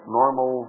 normal